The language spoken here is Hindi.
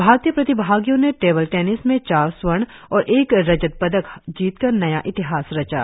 भारतीय प्रतिभागियों ने टेबल टेनिस में चार स्वर्ण और एक रजत पदक जीतकर नया इतिहास रचा